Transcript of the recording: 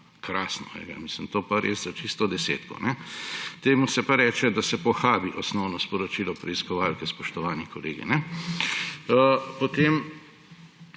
Krasno, to pa je res za čisto desetko. Temu se pa reče, da se pohabi osnovno sporočilo preiskovalke, spoštovani kolegi. Potem